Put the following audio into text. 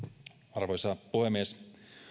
arvoisa puhemies